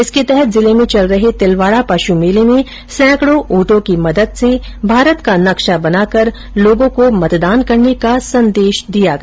इसके तहत जिले में चल रहे तिलवाडा पश् मेले में सैकडो ऊंटों की मदद से भारत का नक्शा बनाकर लोगों को मतदान करने का संदेश दिया गया